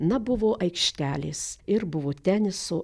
na buvo aikštelės ir buvo teniso